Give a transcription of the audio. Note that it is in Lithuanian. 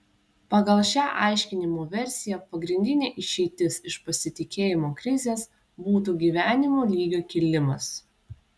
pagal šią aiškinimo versiją pagrindinė išeitis iš pasitikėjimo krizės būtų gyvenimo lygio kilimas